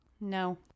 No